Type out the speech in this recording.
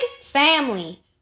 Family